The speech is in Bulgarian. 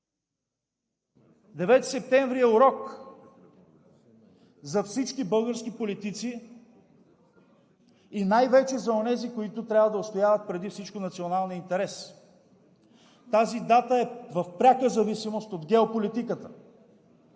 9 септември е урок за всички български политици и най-вече за онези, които трябва да отстояват преди всичко националния интерес. Тази дата е в пряка зависимост от геополитиката!